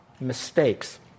mistakes